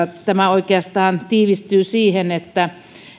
tämä oikeastaan tiivistyy siihen että